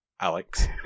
Alex